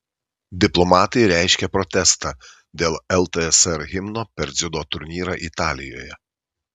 diplomatai reiškia protestą dėl ltsr himno per dziudo turnyrą italijoje